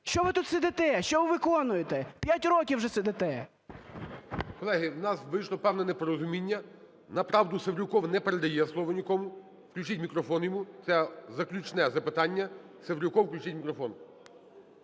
Що ви тут сидите? Що ви тут виконуєте? 5 років вже сидите! ГОЛОВУЮЧИЙ. Колеги, у нас вийшло певне непорозуміння. Направду Севрюков не передає слово нікому. Включіть мікрофон йому. Це заключне запитання. Севрюков. Включіть мікрофон.